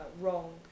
wrong